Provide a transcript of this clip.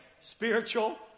spiritual